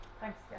Thanks